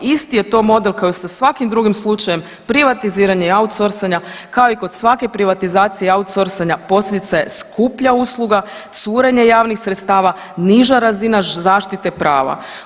Isti je to model kao i sa svakim drugim slučajem privatiziranja i outsourceanja, kao i kod svake privatizacije i outsourceanja, posljedica je skuplja usluga, curenje javnih sredstava, niža razina zaštite prava.